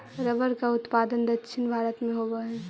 rubber का उत्पादन दक्षिण भारत में होवअ हई